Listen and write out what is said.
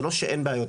זה לא שאין בעיות,